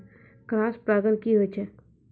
Cross परागण की होय छै?